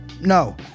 no